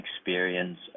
experience